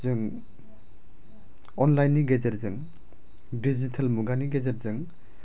जों अनलाइननि गेजेरजों दिजिटेल मुगानि गेजेरजों